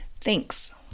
Thanks